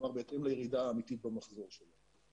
בהתאם לירידה האמתית במחזור שלו.